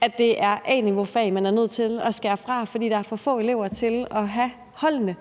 at skære A-niveaufag fra, fordi der er for få elever til at have holdene.